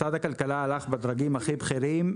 משרד הכלכלה הלך בדרכים הכי בכירים.